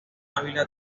ávila